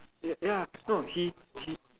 ya ya no he he